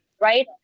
right